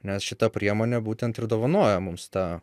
nes šita priemonė būtent ir dovanoja mums tą